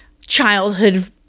childhood